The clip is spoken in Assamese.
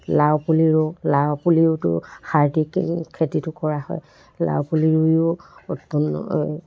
লাও পুলি ৰুওঁ লাও পুলিতো সাৰ দি খেতিটো কৰা হয় লাও পুলি ৰুয়ো